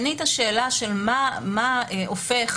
שנית, מה הופך